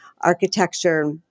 Architecture